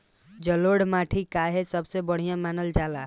जलोड़ माटी काहे सबसे बढ़िया मानल जाला?